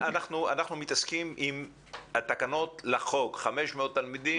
אנחנו מתעסקים עם התקנות לחוק, 500 תלמידים.